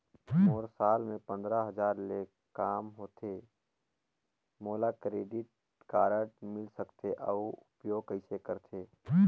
मोर साल मे पंद्रह हजार ले काम होथे मोला क्रेडिट कारड मिल सकथे? अउ उपयोग कइसे करथे?